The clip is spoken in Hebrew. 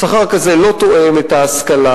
שכר זה לא תואם את ההשכלה,